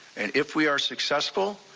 and if we are successful,